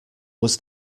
was